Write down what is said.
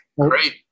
great